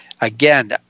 Again